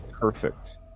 Perfect